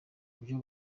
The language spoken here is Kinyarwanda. buryo